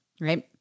right